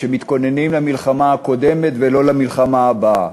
שהם מתכוננים למלחמה הקודמת ולא למלחמה הבאה.